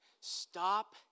Stop